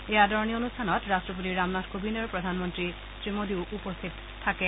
এই আদৰণি অনুষ্ঠানত ৰট্টপতি ৰামনাথ কোৱিন্দ আৰু প্ৰধানমন্ত্ৰী শ্ৰী মোদীও উপস্থিত থাকে